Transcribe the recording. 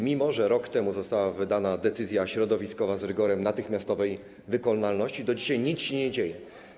Mimo że rok temu została wydana decyzja środowiskowa z rygorem natychmiastowej wykonalności, do dzisiaj nic się nie dzieje.